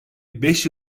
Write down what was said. beş